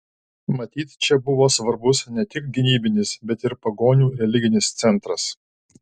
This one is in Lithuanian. matyt čia buvo svarbus ne tik gynybinis bet ir pagonių religinis centras